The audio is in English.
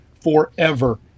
forever